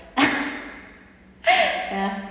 ya